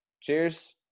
cheers